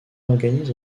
organise